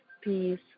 peace